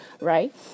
right